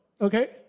okay